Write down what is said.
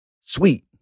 sweet